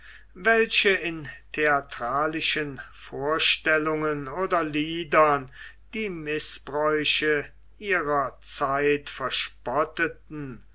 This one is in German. welche in theatralischen vorstellungen oder liedern die mißbräuche ihrer zeit verspotteten